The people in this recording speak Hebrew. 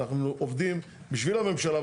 אנחנו עובדים בשביל הממשלה,